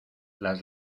las